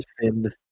thin